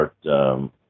start